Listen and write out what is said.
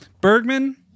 Bergman